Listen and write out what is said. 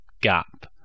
gap